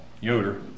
Yoder